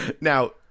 now